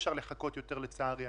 אפשר לחכות יותר, לצערי.